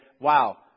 Wow